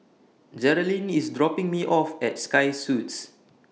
Jerilyn IS dropping Me off At Sky Suits